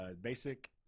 basic